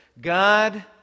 God